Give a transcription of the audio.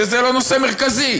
וזה לא נושא מרכזי,